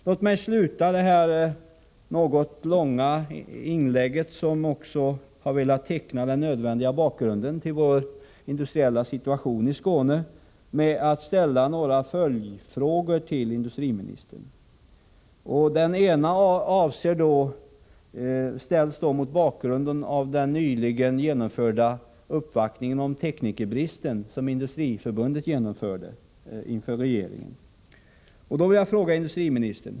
Låt mig sluta detta ganska långa inlägg, i vilket jag också velat teckna bakgrunden till den industriella situationen i Skåne, med att ställa några följdfrågor till industriministern. Den första frågan ställs mot bakgrund av den uppvaktning om teknikerbristen som Industriförbundet nyligen gjorde hos regeringen.